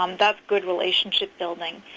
um that's good relationship building,